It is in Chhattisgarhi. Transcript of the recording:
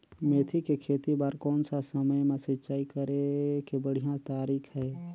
मेथी के खेती बार कोन सा समय मां सिंचाई करे के बढ़िया तारीक हे?